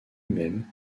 même